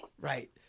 Right